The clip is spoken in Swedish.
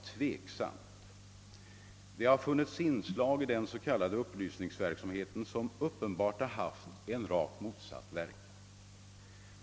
I den s.k. upplysningsverksamheten har det funnits inslag som uppenbarligen haft en verkan rakt motsatt den som brukar avses med sådan här upplysningsverksamhet.